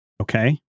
Okay